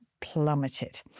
plummeted